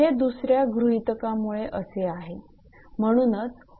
हे दुसऱ्या गृहीतकामुळे असे आहे